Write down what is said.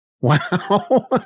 Wow